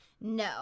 No